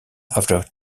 after